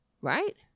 Right